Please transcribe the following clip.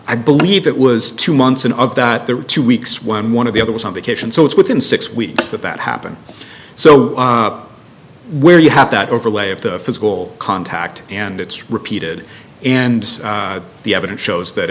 i believe it was two months in of that there were two weeks when one of the other was on vacation so it's within six weeks that that happened so where you have that overlay of the physical contact and it's repeated and the evidence shows that